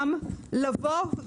שזו תוספת לגבי אירועי